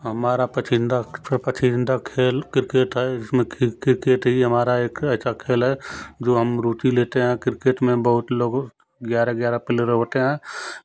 हमारा पसंदीदा छ पसंदीदा खेल किरकिट है जिसमें किरकिट ही हमारा एक ऐसा खेल है जो हम रुचि लेते हैं किरकिट में बहुत लोग ग्यारह ग्यारह प्लेयर होते हैं